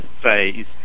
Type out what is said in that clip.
phase